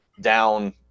down